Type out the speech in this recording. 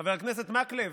חבר הכנסת מקלב,